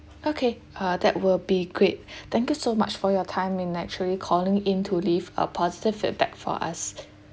okay uh that will be great thank you so much for your time in actually calling in to leave a positive feedback for us